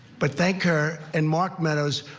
but thank her. and mark meadows,